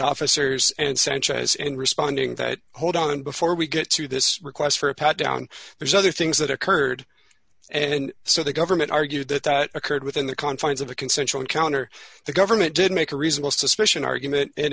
officers and sanchez and responding that hold on before we get to this request for a pat down there's other things that occurred and so the government argued that that occurred within the confines of a consensual encounter the government did make a reasonable suspicion argument and